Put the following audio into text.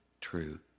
true